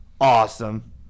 awesome